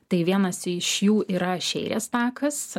tai vienas čia iš jų yra šeirės takas